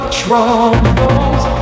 troubles